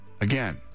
again